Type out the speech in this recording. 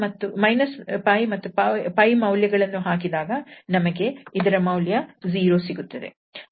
- 𝜋 ಮತ್ತು 𝜋 ಮೌಲ್ಯಗಳನ್ನು ಹಾಕಿದಾಗ ನಮಗೆ ಇದರ ಮೌಲ್ಯ 0 ಸಿಗುತ್ತದೆ